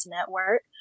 Network